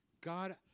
God